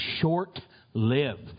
short-lived